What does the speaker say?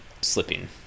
slipping